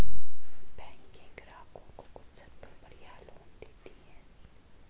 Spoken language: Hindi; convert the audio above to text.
बैकें ग्राहकों को कुछ शर्तों पर यह लोन देतीं हैं